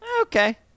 okay